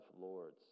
Lords